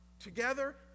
Together